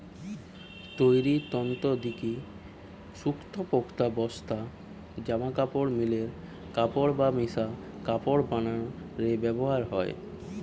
তৈরির তন্তু দিকি শক্তপোক্ত বস্তা, জামাকাপড়, মিলের কাপড় বা মিশা কাপড় বানানা রে ব্যবহার হয়